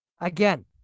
Again